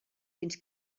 fins